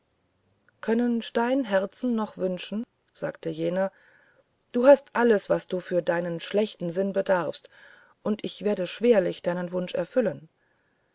können steinherzen noch wünschen sagte jener du hast alles was du für deinen schlechten sinn bedarfst und ich werde schwerlich deinen wunsch erfüllen